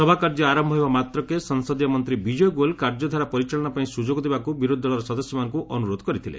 ସଭାକାର୍ଯ୍ୟ ଆରନ୍ଭ ହେବା ମାତ୍ରକେ ସଂସଦୀୟ ମନ୍ତ୍ରୀ ବିଜୟ ଗୋୟଲ୍ କାର୍ଯ୍ୟଧାରା ପରିଚାଳନା ପାଇଁ ସୁଯୋଗ ଦେବାକୁ ବିରୋଧୀ ଦଳର ସଦସ୍ୟମାନଙ୍କୁ ଅନୁରୋଧ କରିଥିଲେ